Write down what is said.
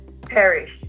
perish